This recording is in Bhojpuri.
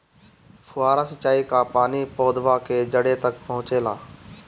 फुहारा सिंचाई का पानी पौधवा के जड़े तक पहुचे ला?